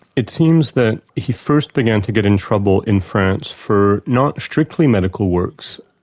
it seems that he first began to get in trouble in france for not strictly medical works,